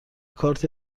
کارت